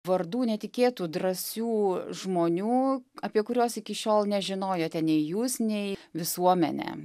vardų netikėtų drąsių žmonių apie kuriuos iki šiol nežinojote nei jūs nei visuomenė